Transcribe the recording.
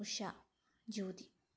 Usha Jyothi